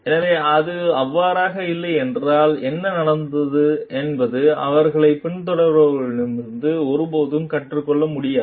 எனவே அது அவ்வாறு இல்லையென்றால் என்ன நடந்தது என்பது அவர்களைப் பின்தொடர்பவர்களிடமிருந்து ஒருபோதும் கற்றுக்கொள்ள முடியாது